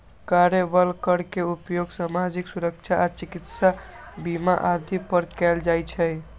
कार्यबल कर के उपयोग सामाजिक सुरक्षा आ चिकित्सा बीमा आदि पर कैल जाइ छै